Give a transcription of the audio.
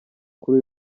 kuri